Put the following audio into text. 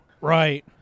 Right